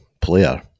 player